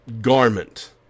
Garment